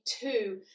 two